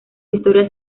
historia